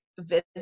visit